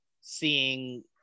seeing